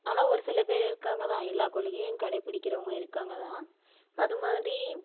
ஆனால் ஒருசிலபேர் இருக்காங்கதான் எல்லா கொள்கையும் கடைபிடிக்கிறவங்க இருக்காங்க தான் அதுமாதிரி